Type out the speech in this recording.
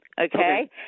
okay